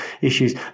issues